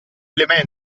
elemento